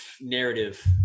narrative